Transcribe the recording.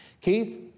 Keith